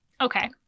Okay